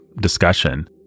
discussion